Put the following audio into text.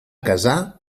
casar